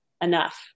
enough